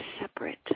separate